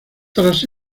tras